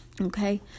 okay